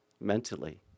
mentally